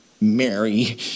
Mary